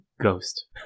Ghost